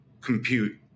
compute